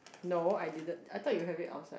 no I didn't I thought you have it outside